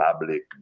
public